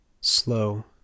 slow